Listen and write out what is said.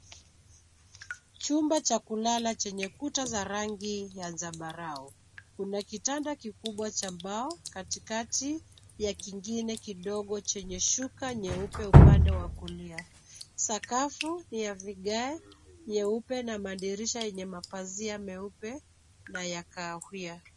Chumba cha kulala chenye kuta za rangi ya zambarau. Kuna kitanda kikubwa cha mbao katikati ya kingine kidogo chenye shuka nyeupe upande wa kulia. Sakafu ni ya vigae nyeupe, madirisha yenye mapazia meupe na ya kahawia.